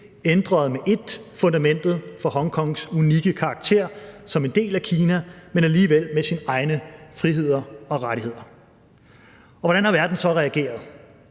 ændrede med et fundamentet fra Hongkongs unikke karakter som en del af Kina, men alligevel med sine egne friheder og rettigheder. Hvordan har verden så reageret?